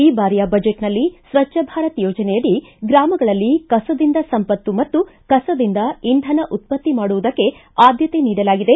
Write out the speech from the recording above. ಈ ಬಾರಿಯ ಬಜೆಟ್ನಲ್ಲಿ ಸ್ವಚ್ಛ ಭಾರತ್ ಯೋಜನೆಯಡಿ ಗ್ರಾಮಗಳಲ್ಲಿ ಕಸದಿಂದ ಸಂಪತ್ತು ಮತ್ತು ಕಸದಿಂದ ಇಂಧನ ಉತ್ತತ್ತಿ ಮಾಡುವುದಕ್ಕೆ ಆದ್ಯತೆ ನೀಡಲಾಗಿದೆ